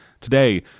Today